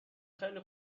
خیلی